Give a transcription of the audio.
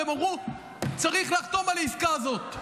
והם אמרו: צריך לחתום על העסקה הזאת.